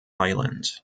island